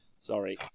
Sorry